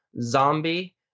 Zombie